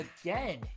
again